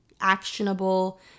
actionable